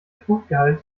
fruchtgehalt